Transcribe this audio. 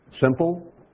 Simple